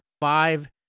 five